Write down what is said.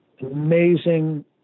Amazing